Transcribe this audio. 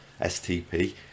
stp